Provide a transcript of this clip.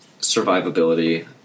survivability